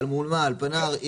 בעם --- אלפנאר,